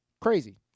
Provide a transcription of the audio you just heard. crazy